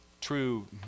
true